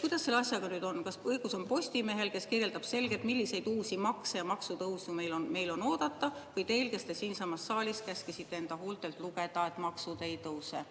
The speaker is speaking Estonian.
Kuidas selle asjaga on: kas õigus on Postimehel, kes kirjeldab selgelt, milliseid uusi makse ja maksutõuse meil on oodata, või teil, kes te siinsamas saalis käskisite enda huultelt lugeda, et maksud ei tõuse?